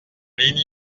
ligne